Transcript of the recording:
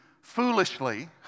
foolishly